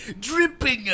dripping